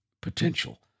potential